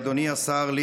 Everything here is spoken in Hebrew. אדוני השר,